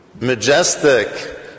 majestic